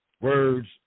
words